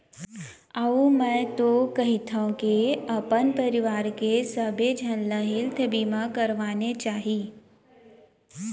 अउ मैं तो कहिथँव के अपन परवार के सबे झन ल हेल्थ बीमा करवानेच चाही